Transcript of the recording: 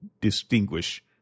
distinguish